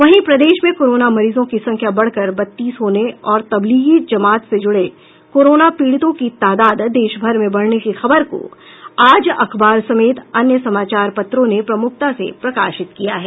वहीं प्रदेश में कोरोना मरीजों की संख्या बढ़कर बत्तीस होने और तबलीगी जमात से जुड़े कोरोना पीड़ितों की तादाद देशभर में बढ़ने की खबर को आज अखबार समेत अन्य समाचार पत्रों ने प्रमुखता से प्रकाशित किया है